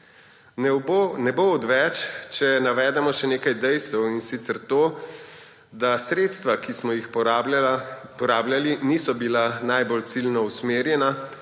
Ne bo odveč, če navedemo še nekaj dejstev, in sicer to, da sredstva, ki smo jih porabljali, niso bila najbolj ciljno usmerjena